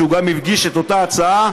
שגם הוא הגיש את אותה הצעה,